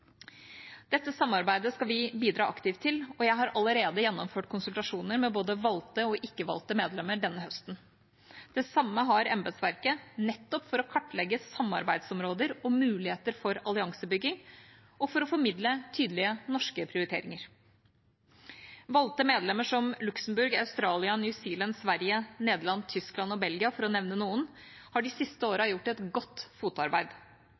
Dette samarbeidet skal vi bidra aktivt til, og jeg har allerede gjennomført konsultasjoner med både valgte og ikke-valgte medlemmer denne høsten. Det samme har embetsverket, nettopp for å kartlegge samarbeidsområder og muligheter for alliansebygging – og for å formidle tydelige norske prioriteringer. Valgte medlemmer som Luxembourg, Australia, New Zealand, Sverige, Nederland, Tyskland og Belgia – for å nevne noen – har de siste årene gjort et godt fotarbeid.